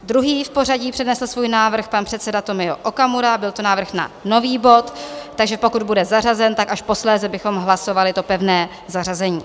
Druhý v pořadí přednesl svůj návrh pan předseda Tomio Okamura, byl to návrh na nový bod, takže pokud bude zařazen, až posléze bychom hlasovali pevné zařazení.